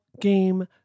game